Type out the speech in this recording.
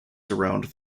surround